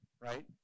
Right